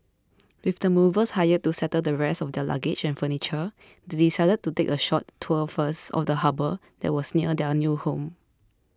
with the movers hired to settle the rest of their luggage and furniture they decided to take a short tour first of the harbour that was near their new home